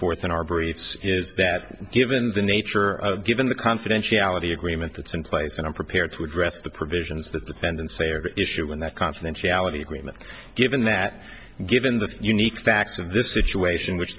forth in our briefs is that given the nature of given the confidentiality agreement that's in place and i'm prepared to address the provisions that depend and say or issue in that confidentiality agreement given that given the unique facts of this situation which